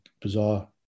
bizarre